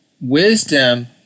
wisdom